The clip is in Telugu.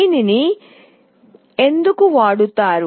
దీనినే ఎందుకు వాడతారు